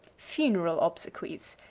funeral obsequies.